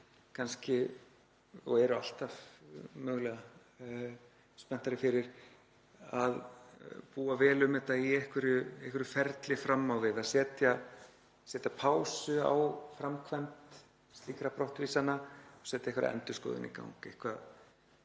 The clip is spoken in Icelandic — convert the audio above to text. kannski, og eru mögulega alltaf, spenntari fyrir að búa vel um þetta í einhverju ferli fram á við, að setja pásu á framkvæmd slíkra brottvísana og setja einhverja endurskoðun í gang,